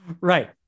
Right